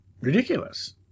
ridiculous